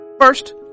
First